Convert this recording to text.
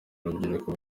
urubyiruko